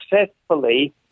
successfully